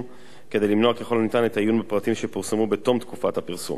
כדי למנוע ככל הניתן את העיון בפרטים שפורסמו בתום תקופת הפרסום.